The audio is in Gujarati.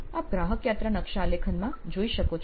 આપ ગ્રાહક યાત્રા નકશા આલેખનમાં જોઈ શકો છો